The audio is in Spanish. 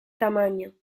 tamaño